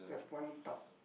like one tub